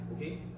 okay